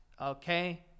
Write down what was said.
Okay